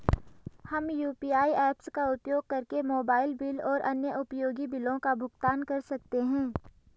हम UPI apps का उपयोग करके मोबाइल बिल और अन्य उपयोगी बिलों का भुगतान कर सकते हैं